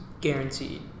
guaranteed